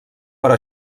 però